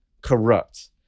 corrupt